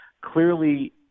clearly